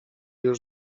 już